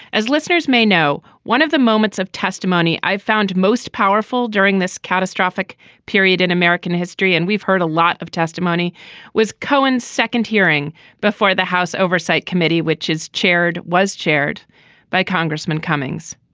as listeners may know one of the moments of testimony i've found most powerful during this catastrophic period in american history and we've heard a lot of testimony was cohen's second hearing before the house oversight committee which is chaired was chaired by congressman cummings